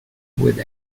with